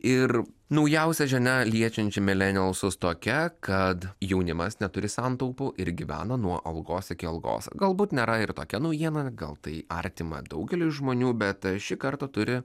ir naujausia žinia liečianti milenijausus tokia kad jaunimas neturi santaupų ir gyvena nuo algos iki algos galbūt nėra ir tokia naujiena gal tai artima daugeliui žmonių bet ši karta turi